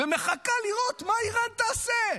ומחכה לראות מה איראן תעשה.